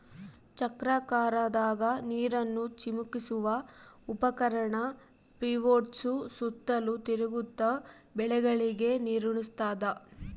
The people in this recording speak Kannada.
ಚಕ್ರಾಕಾರದಾಗ ನೀರನ್ನು ಚಿಮುಕಿಸುವ ಉಪಕರಣ ಪಿವೋಟ್ಸು ಸುತ್ತಲೂ ತಿರುಗ್ತ ಬೆಳೆಗಳಿಗೆ ನೀರುಣಸ್ತಾದ